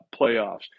playoffs